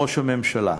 ראש הממשלה.